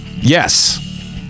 yes